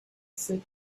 sit